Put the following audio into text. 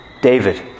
David